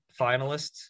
finalists